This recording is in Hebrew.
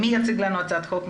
מי מציג לנו את הצעת החוק?